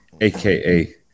aka